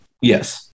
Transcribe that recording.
Yes